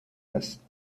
است